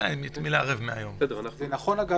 זה נכון, אגב,